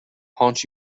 haunt